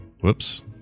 whoops